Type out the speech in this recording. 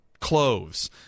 clothes